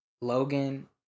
logan